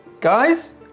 guys